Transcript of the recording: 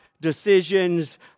decisions